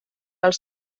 als